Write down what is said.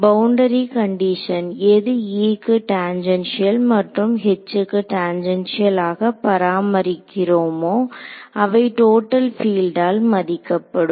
boundary condition எது E க்கு tangential மற்றும் H க்கு டேன்ஜென்ஷியல் ஆக பராமரிக்கிறோமோ அவை டோட்டல் பீல்ட்டால் மதிக்கபடும்